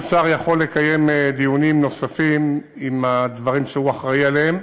כל שר יכול לקיים דיונים נוספים בדברים שהוא אחראי להם.